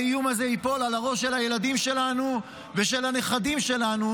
האיום הזה ייפול על הראש של הילדים שלנו ושל הנכדים שלנו,